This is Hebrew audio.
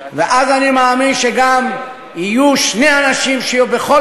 ואז אני מאמין שגם יהיו שני אנשים בכל